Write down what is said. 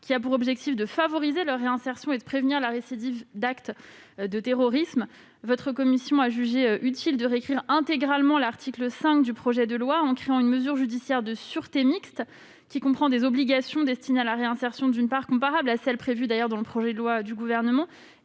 réinsertion, afin de favoriser la réinsertion et de prévenir la récidive d'actes de terrorisme. Votre commission a jugé utile de réécrire intégralement l'article 5 du projet de loi, en créant une mesure judiciaire de sûreté mixte, qui comprend, d'une part, des obligations destinées à la réinsertion, comparables à celles qui étaient prévues dans le projet de loi du Gouvernement,